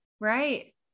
right